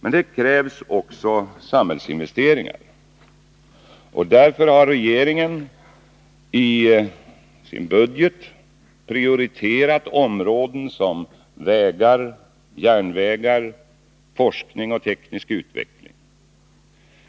Men det behövs också samhällsinvesteringar. Därför har regeringen i budgeten prioriterat områden som vägar, järnvägar, forskning och teknisk utveckling.